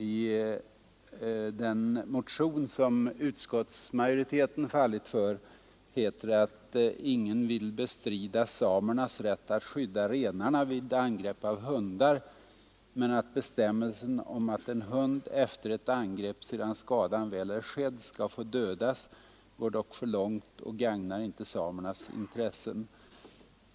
I den motion som utskottsmajoriteten fallit för heter det att ”ingen vill bestrida samernas rätt att skydda renarna vid angrepp av hundar” men att ”bestämmelsen om att en hund efter ett angrepp, sedan skadan väl är skedd, skall få dödas går dock för långt och gagnar inte samernas intressen”.